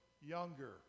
younger